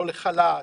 לא לחל"ת,